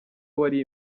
wari